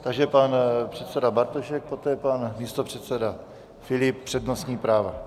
Takže pan předseda Bartošek, poté pan místopředseda Filip, přednostní práva.